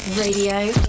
Radio